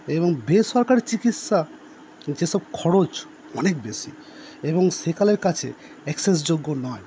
এবং বেসরকারি চিকিৎসা যে সব খরচ অনেক বেশি এবং সকলের কাছে অ্যাক্সেস যোগ্য নয়